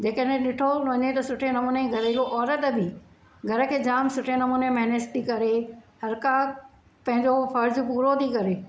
जेकॾहिं ॾिठो वञे त सुठे नमूने घरेलू औरत बि घर खे जामु सुठे नमूने मैनेज थी करे हरु का पंहिंजो फर्ज़ पूरो थी करे